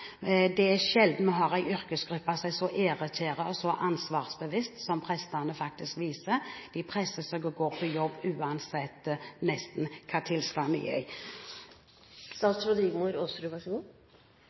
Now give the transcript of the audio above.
Det er sjelden vi har en yrkesgruppe som er så ærekjær og så ansvarsbevisst som prestene faktisk er – de presser seg og går på jobb nesten uansett